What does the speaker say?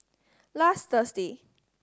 last Thursday